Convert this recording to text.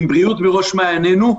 אם הבריאות בראש מעיינינו,